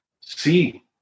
see